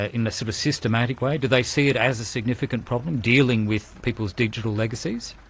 ah in a sort of systematic way, do they see it as a significant problem, dealing with people's digital legacies?